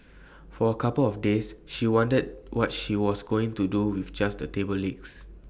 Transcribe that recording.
for A couple of days she wondered what she was going to do with just the table legs